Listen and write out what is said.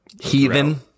Heathen